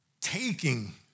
taking